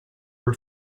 her